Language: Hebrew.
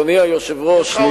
אדוני היושב-ראש,